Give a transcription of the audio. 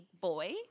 boy